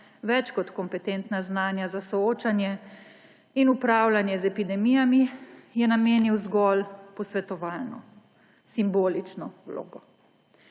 več kot kompetentna znanja za soočanje in upravljanje z epidemijami, je namenil zgolj posvetovalno, simbolično vlogo.